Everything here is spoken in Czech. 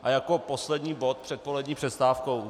A jako poslední bod před polední přestávkou.